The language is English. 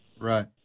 Right